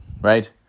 right